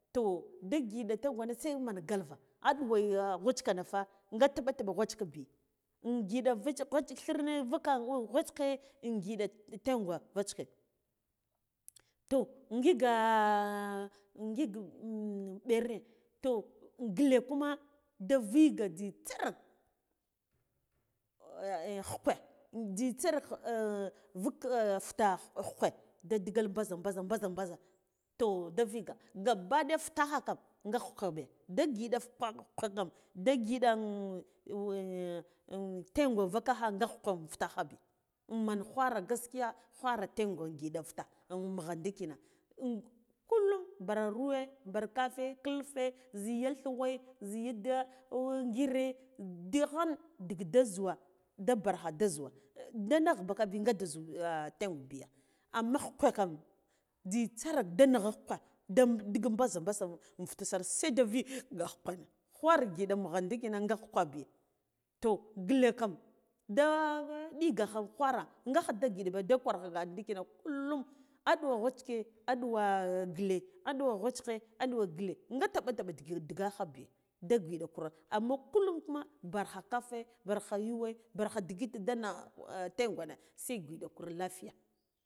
To da giɗa taghwana se man gawa a ɗuwo gwa shkena fa ka taba taba gwash ke bi ngiɗa vichka gwastike thirne vuka gwadike ngiɗa tengwe gwachke toh ngiga ngig ɓere toh ngile kuma da viga jzitsa rar ghikwe jzitsarar vuka flute ghikwe da digal mbazha mbazha mbzha mbazha toh da viga gabba ɗaya fitaha kam gha ghukwa be da ngiɗa ghwaka kan da ngiɗa tangwe vuka kha ghe ghawa in futahbi man ghwara gaskiya ghwara tengwe ngiɗa fitah mugha ndikina kullum bar yuwe bar kafe kilfe zhige thiwe zhiya da ngire da ghan digh da zhuwa da baiha a zhuwa nga naghbakabi gada zhu tengey bi amm khugwe kan jzitsa rar nagha khugwe da nɗigig ɓagha basa in fitasar seda vigagh khugwa ghwara ngiɗa mugha ndikina nga khugwa bi toh ngile kam da nɗigakha ghwara ngagha da giɗbi da gwarkagiundi ki na kullum aɗuwa gwadtike aɓuwa ngile aɓuwo gwadike aɗuwo ngile nga taɓa taɓa ndiga kha biyo da giɗa kare amma kullum kuma barkha kafe barkha yuwe barkha ndigit na na tengwe na se nghudi ngida kur lafiya